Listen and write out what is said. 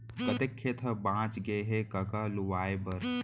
कतेक खेत ह बॉंच गय हे कका लुवाए बर?